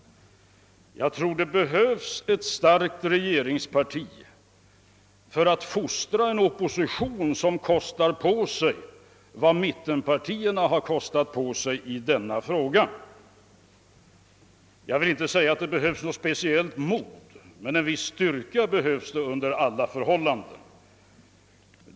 Jag tror att det behövs ett starkt regeringsparti för att fostra en opposition, som kostar på sig vad mittenpartierna har kostat på sig i denna fråga. Jag vill inte påstå att det krävs något speciellt mod, men en viss styrka behövs det under alla förhållanden.